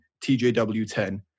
TJW10